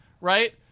right